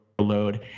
load